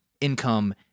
income